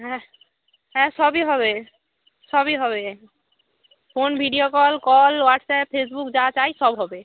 হ্যাঁ হ্যাঁ সবই হবে সবই হবে phone video call call WhatsApp Facebook যা চাই সব হবে